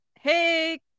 Hey